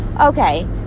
okay